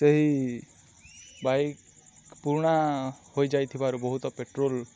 ସେହି ବାଇକ୍ ପୁରୁଣା ହୋଇଯାଇଥିବାରୁ ବହୁତ ପେଟ୍ରୋଲ